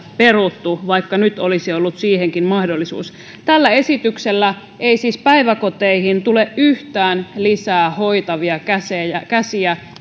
peruttu vaikka nyt olisi ollut siihenkin mahdollisuus tällä esityksellä ei siis päiväkoteihin tule yhtään lisää hoitavia käsiä